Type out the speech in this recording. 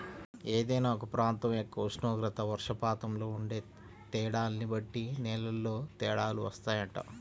ఏదైనా ఒక ప్రాంతం యొక్క ఉష్ణోగ్రత, వర్షపాతంలో ఉండే తేడాల్ని బట్టి నేలల్లో తేడాలు వత్తాయంట